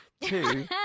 Two